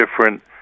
different